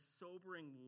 sobering